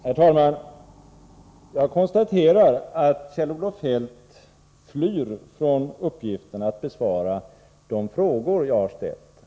Herr talman! Jag konstaterar att Kjell-Olof Feldt flyr från uppgiften att besvara de frågor som jag har ställt.